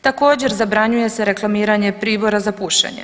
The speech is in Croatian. Također, zabranjuje se reklamiranje pribora za pušenje.